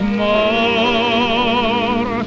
more